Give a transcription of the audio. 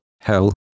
hell